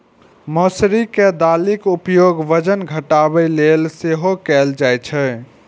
मौसरी के दालिक उपयोग वजन घटाबै लेल सेहो कैल जाइ छै